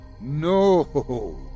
No